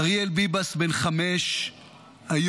אריאל ביבס בן חמש היום.